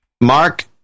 mark